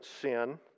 sin